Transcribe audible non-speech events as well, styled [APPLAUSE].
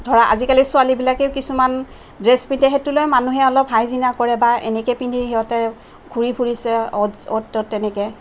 ধৰা আজিকালি ছোৱালীবিলাকেও কিছুমান ড্ৰেছ পিন্ধে সেইটো লৈ মানুহে অলপ [UNINTELLIGIBLE] কৰে বা এনেকে পিন্ধি সিহঁতে ঘূৰি ফুৰিছে অ'ত ত'ত তেনেকে